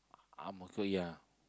Ang-Mo-Kio yeah